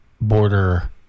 border